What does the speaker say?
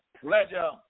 pleasure